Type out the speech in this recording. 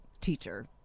teacher